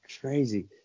crazy